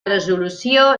resolució